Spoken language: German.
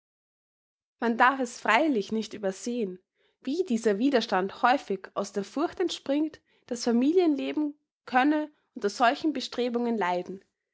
man darf es freilich nicht übersehen wie dieser widerstand häufig aus der furcht entspringt das familienleben könne unter solchen bestrebungen leiden